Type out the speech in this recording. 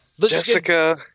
Jessica